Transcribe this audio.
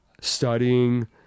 Studying